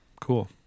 cool